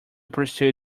pursue